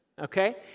Okay